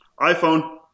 iPhone